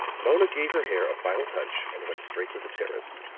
mona gave her hair a final touch and went straight to the terrace.